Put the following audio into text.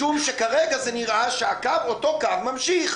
משום שכרגע זה נראה שאותו קו ממשיך.